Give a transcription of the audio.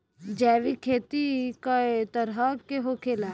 जैविक खेती कए तरह के होखेला?